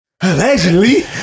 Allegedly